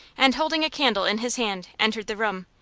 and holding a candle in his hand, entered the room,